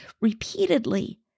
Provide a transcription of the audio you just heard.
repeatedly